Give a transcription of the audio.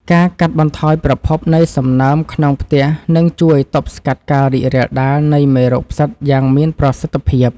ការកាត់បន្ថយប្រភពនៃសំណើមក្នុងផ្ទះនឹងជួយទប់ស្កាត់ការរីករាលដាលនៃមេរោគផ្សិតយ៉ាងមានប្រសិទ្ធភាព។